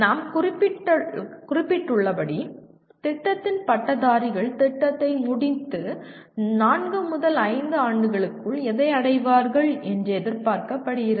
நாம் குறிப்பிட்டுள்ளபடி திட்டத்தின் பட்டதாரிகள் திட்டத்தை முடித்து நான்கு முதல் ஐந்து ஆண்டுகளுக்குள் எதை அடைவார்கள் என்று எதிர்பார்க்கப்படுகிறது